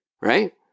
right